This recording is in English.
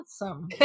awesome